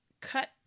cut